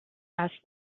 asked